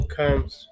comes